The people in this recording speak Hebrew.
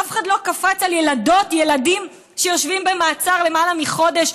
אף אחד לא קפץ על ילדות וילדים שיושבים במעצר למעלה מחודש,